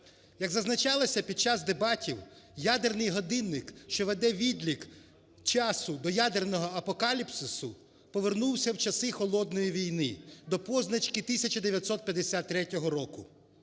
Як зазначалося під час дебатів, ядерний годинник, що веде відлік часу до ядерного апокаліпсису, повернувся в часи холодної війни, до позначки 1953 року.